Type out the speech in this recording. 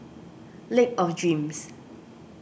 Lake of Dreams